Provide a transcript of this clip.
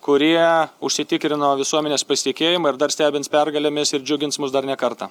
kurie užsitikrino visuomenės pasitikėjimą ir dar stebins pergalėmis ir džiugins mus dar ne kartą